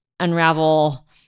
unravel